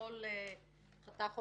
בכל חתך מהאוכלוסיות,